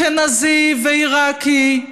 שאמר: אשכנזי ועיראקי,